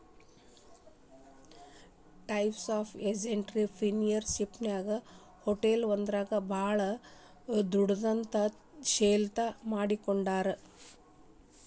types of ಎನ್ಟ್ರಿಪ್ರಿನಿಯರ್ಶಿಪ್ನ್ಯಾಗ ಹೊಟಲ್ದೊರು ಭಾಳ್ ದೊಡುದ್ಯಂಶೇಲತಾ ಮಾಡಿಕೊಡ್ತಾರ